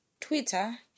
Twitter